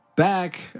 back